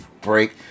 break